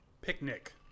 picnic